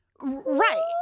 right